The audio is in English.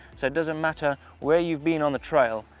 so it doesn't matter where you've been on a trail,